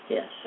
Yes